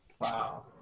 Wow